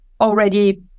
already